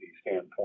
standpoint